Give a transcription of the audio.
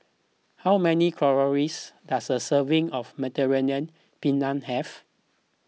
how many calories does a serving of Mediterranean Penne have